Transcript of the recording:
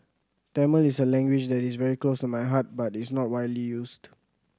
Tamil is a language that is very close to my heart but it's not widely used